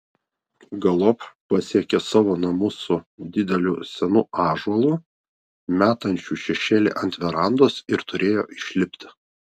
galop pasiekė savo namus su dideliu senu ąžuolu metančiu šešėlį ant verandos ir turėjo išlipti